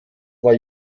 war